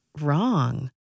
wrong